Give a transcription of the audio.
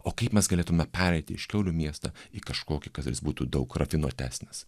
o kaip mes galėtume pereiti iš kiaulių miestą į kažkokį kad jis būtų daug rafinuotesnis